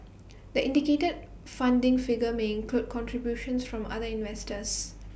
the indicated funding figure may include contributions from other investors